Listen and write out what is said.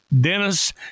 Dennis